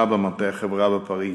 תעופה, במטה החברה בפריז.